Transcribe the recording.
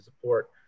support